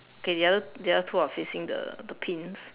okay the other the other two are facing the the pins